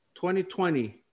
2020 –